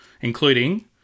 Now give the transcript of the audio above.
including